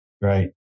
Right